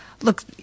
look